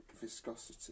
Viscosity